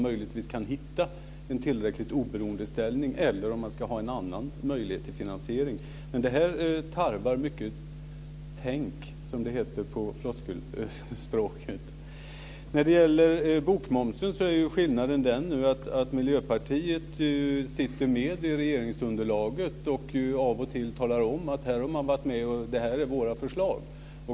Möjligtvis kan man hitta en tillräckligt oberoende ställning eller ha en annan möjlighet till finansiering. Detta tarvar mycket av "tänk", som det numera heter på floskelspråk. Vad gäller bokmomsen är skillnaden den att Miljöpartiet nu sitter med i regeringsunderlaget och av och till talar om att man fått igenom förslag.